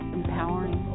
empowering